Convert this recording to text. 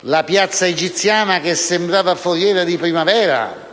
la piazza egiziana, che sembrava foriera di primavera,